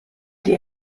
die